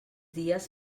dies